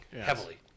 heavily